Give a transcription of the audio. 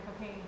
okay